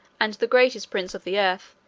and the greatest prince of the earth,